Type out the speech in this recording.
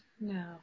no